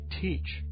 teach